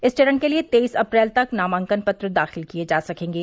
इस चरण के लिये तेईस अप्रैल तक नामांकन पत्र दाखिल किये जा सकेंगे